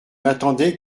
attendait